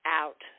out